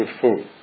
food